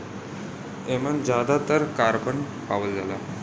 एमन जादातर कारबन पावल जाला